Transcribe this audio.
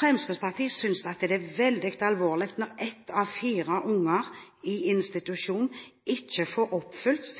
Fremskrittspartiet synes det er veldig alvorlig når én av fire unger i institusjon ikke får oppfylt